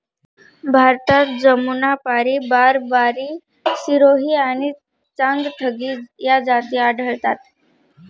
भारतात जमुनापारी, बारबारी, सिरोही आणि चांगथगी या जाती आढळतात